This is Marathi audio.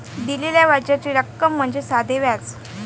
दिलेल्या व्याजाची रक्कम म्हणजे साधे व्याज